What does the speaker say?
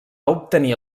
obtenir